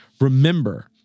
remember